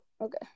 Okay